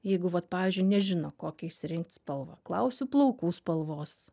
jeigu vat pavyzdžiui nežino kokią išsirinkt spalvą klausiu plaukų spalvos